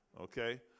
Okay